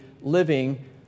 living